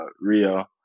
Rio